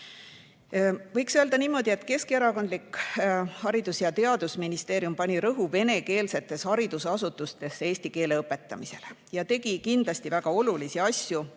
Võiks öelda niimoodi, et keskerakondlik Haridus- ja Teadusministeerium pani rõhu venekeelsetes haridusasutustes eesti keele õpetamisele ja tegi kindlasti väga olulisi asju.